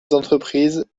d’entreprise